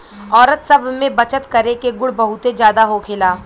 औरत सब में बचत करे के गुण बहुते ज्यादा होखेला